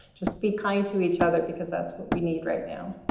just be kind to each other, because that's what we need right now.